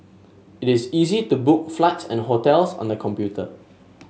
it is easy to book flights and hotels on the computer